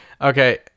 okay